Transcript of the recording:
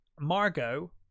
margot